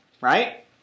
right